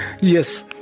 Yes